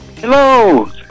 Hello